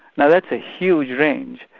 now that's a huge range,